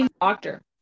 doctor